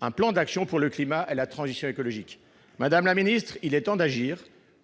un plan d'action pour le climat et la transition écologique. Il est temps d'agir